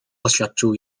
oświadczył